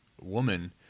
woman